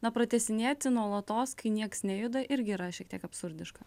na pratęsinėti nuolatos kai nieks nejuda irgi yra šiek tiek absurdiška